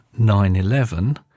9-11